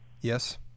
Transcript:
Yes